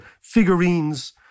figurines